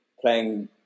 playing